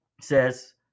says